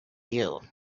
you